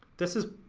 this is,